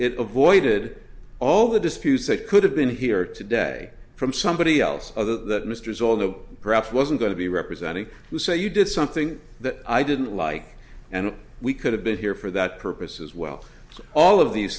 it avoided all the disputes that could have been here today from somebody else other that mr is although perhaps wasn't going to be representing to say you did something that i didn't like and we could have been here for that purpose as well all of these